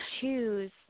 choose